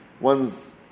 One's